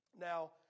Now